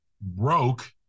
broke